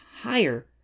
higher